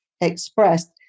expressed